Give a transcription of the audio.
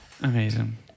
Amazing